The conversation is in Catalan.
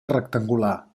rectangular